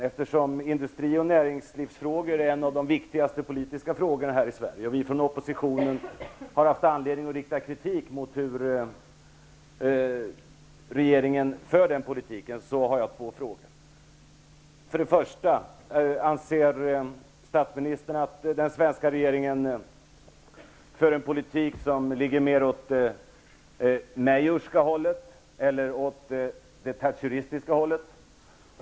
Eftersom industri och näringsfrågor är några av de viktigaste politiska frågorna här i Sverige, och vi från oppositionen har haft anledning att rikta kritik mot hur hur regeringen för den politiken, vill jag ställa två frågor till statsministern: Anser statsministern att den svenska regeringen för en politik som ligger mer åt det majorska hållet eller åt det thatcheristiska hållet?